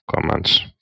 commands